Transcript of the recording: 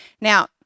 Now